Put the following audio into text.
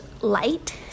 light